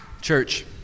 Church